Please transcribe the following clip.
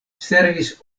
servis